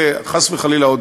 וחס וחלילה עוד,